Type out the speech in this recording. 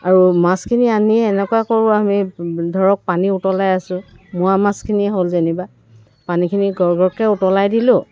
আৰু মাছখিনি আনি এনেকুৱা কৰোঁ আমি ধৰক পানী উতলাই আছোঁ মোৱা মাছখিনি হ'ল যেনিবা পানীখিনি গৰগৰকৈ উতলাই দিলোঁ